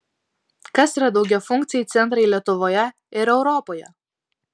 kas yra daugiafunkciai centrai lietuvoje ir europoje